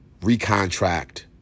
recontract